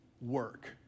work